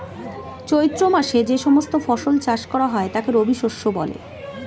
চৈত্র মাসে যে সমস্ত ফসল চাষ করা হয় তাকে রবিশস্য বলা হয়